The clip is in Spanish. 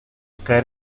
caer